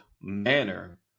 manner